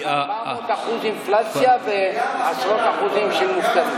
אחוזים, 400% אינפלציה ועשרות אחוזים של מובטלים.